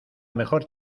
mejor